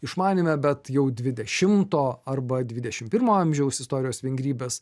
išmanyme bet jau dvidešimo arba dvidešim pirmo amžiaus istorijos vingrybės